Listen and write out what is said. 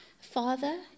Father